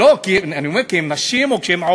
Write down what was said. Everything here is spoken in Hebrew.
כי הן נשים.